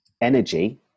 energy